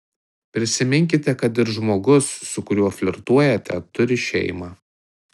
prisiminkite kad ir žmogus su kuriuo flirtuojate turi šeimą